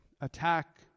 attack